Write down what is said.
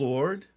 Lord